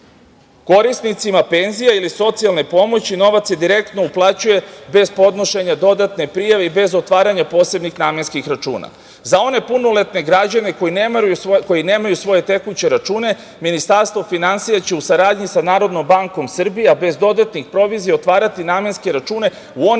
Korisnicima penzija ili socijalne pomoći novac se direktno uplaćuje bez podnošenja dodatne prijave i bez otvaranje posebnih namenskih računa.Za one punoletne građane koji nemaju svoje tekuće račune Ministarstvo finansija će u saradnji sa NBS, a bez dodatnih provizija otvarati namenske račune u onim